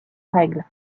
règle